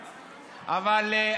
אבל,